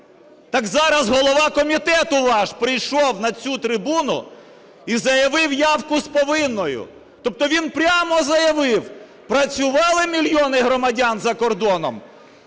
Так зараз голова комітету ваш прийшов на цю трибуну і заявив явку з повинною. Тобто він прямо заявив: працювали мільйони громадян за кордоном